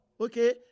okay